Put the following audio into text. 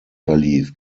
verlief